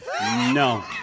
No